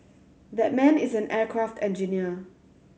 that man is an aircraft engineer